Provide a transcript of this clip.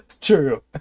True